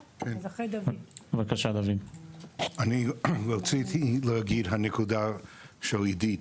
אני רציתי להגיד, הנקודה של עידית,